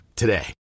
today